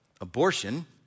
abortion